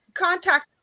Contact